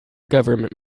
government